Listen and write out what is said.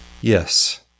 yes